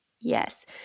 Yes